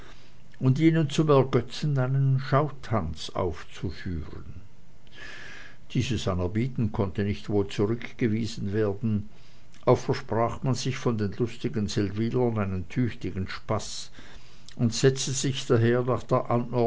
und ihnen zum ergötzen einen schautanz aufzuführen dieses anerbieten konnte nicht wohl zurückgewiesen werden auch versprach man sich von den lustigen seldwylern einen tüchtigen spaß und setzte sich daher nach der